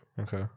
okay